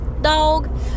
dog